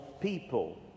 people